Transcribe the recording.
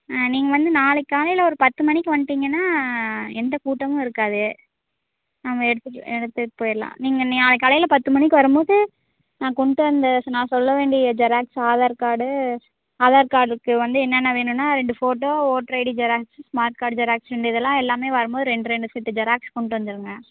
ஆ நீங்கள் வந்து நாளைக்கு காலையில் ஒரு பத்து மணிக்கு வந்துட்டிங்கன்னா எந்த கூட்டமும் இருக்காது நம்ம எடுத்துகிட்டு எடுத்துகிட்டு போயிடலாம் நீங்கள் நாளைக்கு காலையில பத்து மணிக்கு வரும்போது நான் கொண்டு வந்த நான் சொல்ல வேண்டிய ஜெராக்ஸ் ஆதார் கார்டு ஆதார் கார்டுக்கு வந்து என்னென்ன வேணுன்னால் ரெண்டு photo voter ID xerox smart card xerox இந்த இதெல்லாம் எல்லாமே வரும்போது ரெண்டு ரெண்டு செட்டு ஜெராக்ஸ் கொண்டு வந்துடுங்க